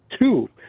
two